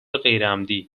غیرعمدی